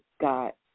got –